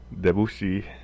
Debussy